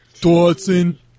Dawson